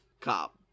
cop